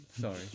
sorry